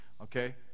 Okay